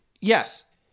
yes